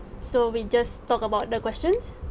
so we just talk about the questions